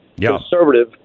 conservative